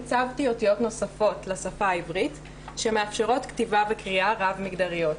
עיצבתי אותיות נוספות לשפה העברית שמאפשרות כתיבה וקריאה רב-מגדריות.